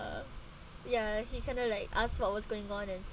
uh ya he kind of like asked what was going on and